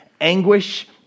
anguish